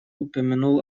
упомянул